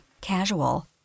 casual